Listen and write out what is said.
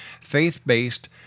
faith-based